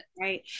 Right